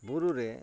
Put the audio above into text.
ᱵᱩᱨᱩᱨᱮ